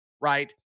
right